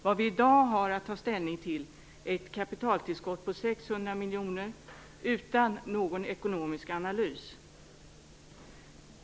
Vad vi i dag har att ta ställning till är ett kapitaltillskott på 600 miljoner kronor; detta utan någon ekonomisk analys.